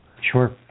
Sure